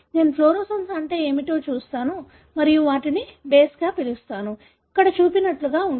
నేను ఫ్లోరోసెన్స్ అంటే ఏమిటో చూస్తాను మరియు వాటిని బేస్గా పిలుస్తాను ఇక్కడ చూపినట్లుగా ఉంటుంది